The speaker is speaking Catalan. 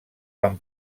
van